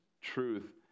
truth